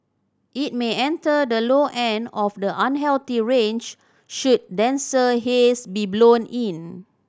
it may enter the low end of the unhealthy range should denser haze be blown in